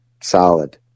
solid